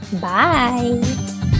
Bye